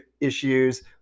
issues